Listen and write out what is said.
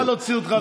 חבל להוציא אותך.